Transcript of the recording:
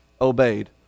obeyed